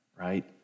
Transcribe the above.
right